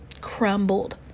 crumbled